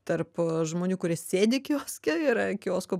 tarp žmonių kurie sėdi kioske yra kiosko